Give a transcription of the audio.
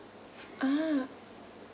ah